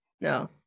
No